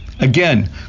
Again